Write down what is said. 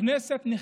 הכנסת נחטפה.